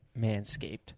Manscaped